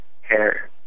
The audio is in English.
Hair